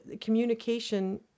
communication